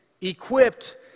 Equipped